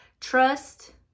Trust